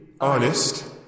honest